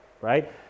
right